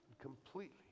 completely